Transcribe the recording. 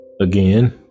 Again